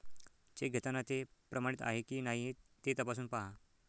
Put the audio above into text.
check घेताना ते प्रमाणित आहे की नाही ते तपासून पाहा